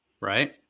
Right